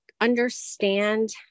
understand